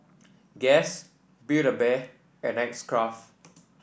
Guess Build A Bear and X Craft